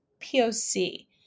POC